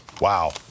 Wow